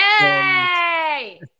Yay